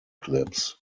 clips